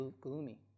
gloomy